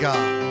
God